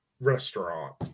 restaurant